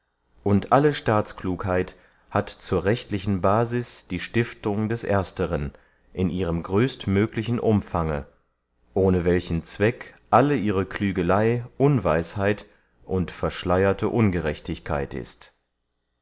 und alle staatsklugheit hat zur rechtlichen basis die stiftung des ersteren in ihrem größt möglichen umfange ohne welchen zweck alle ihre klügeley unweisheit und verschleyerte ungerechtigkeit ist